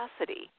capacity